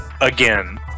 again